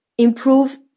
improve